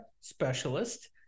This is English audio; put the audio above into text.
specialist